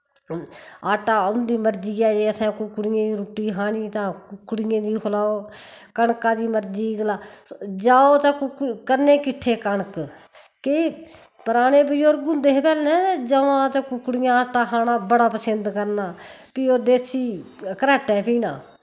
आटा उन्दी मर्जी ऐ जे असैं कुकड़ियें रुट्टी खानी ता कुकड़ियें दी खलाओ कनका दी मर्जी जौ ते करने किट्ठे कनक कि पराने बजुर्ग होंदे हे पैह्लैं ते जमांऽ ते कुकड़ियां आटा खाना बड़ा पसिंद करना फ्ही ओहे देस्सी घराटैं पिह्ना